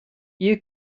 you